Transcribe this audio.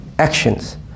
actions